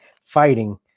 fighting